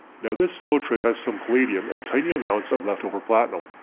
now this filtrate has some palladium and tiny amounts of leftover platinum.